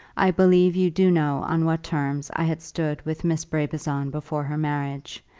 i believe you do know on what terms i had stood with miss brabazon before her marriage,